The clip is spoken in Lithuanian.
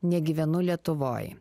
negyvenu lietuvoj